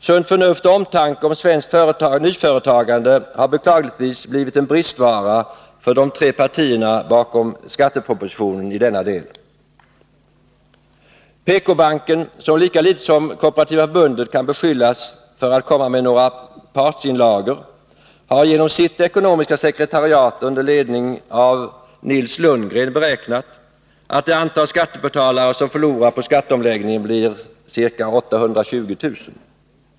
Sunt förnuft och omtanke om svenskt nyföretagande har beklagligtvis blivit en bristvara för de tre partierna bakom skattepropositionen i denna del. PK-banken, som lika litet som KF kan beskyllas för att komma med någon partsinlaga, har genom sitt ekonomiska sekretariat under ledning av Nils Lundgren beräknat att det antal skattebetalare som förlorar på skatteomläggningen blir ca 820000.